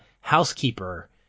housekeeper